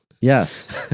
Yes